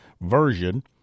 version